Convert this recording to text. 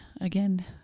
again